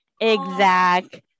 exact